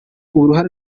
uruhare